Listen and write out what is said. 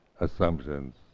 assumptions